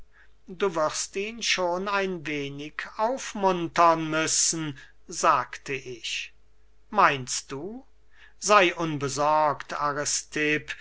du wirst ihn schon ein wenig aufmuntern müssen sagte ich meinst du sey unbesorgt